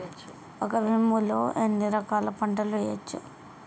ఒక భూమి లో ఎన్ని రకాల పంటలు వేయచ్చు?